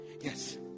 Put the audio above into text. Yes